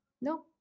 No